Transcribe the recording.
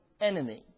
enemy